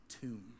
tomb